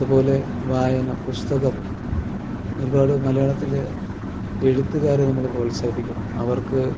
അതുപോലെ വായന പുസ്തകം ഒരുപാട് മലയാളത്തില് എഴുത്തുകാരെ നമ്മള് പ്രോത്സാഹിപ്പിക്കണം അവർക്ക്